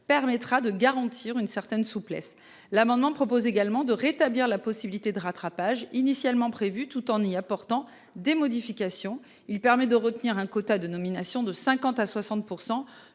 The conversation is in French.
permettra de garantir une certaine souplesse. L'amendement propose également de rétablir la possibilité de rattrapage initialement prévu tout en y apportant des modifications, il permet de retenir un quota de nomination de 50 à 60%,